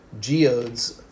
geodes